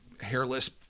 hairless